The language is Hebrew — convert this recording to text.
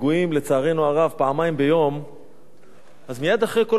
אז מייד אחרי כל פיגוע מערכת הביטחון היתה נותנת תשובה.